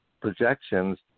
projections